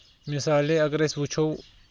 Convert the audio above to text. مِثالے اَگر أسۍ وُچھو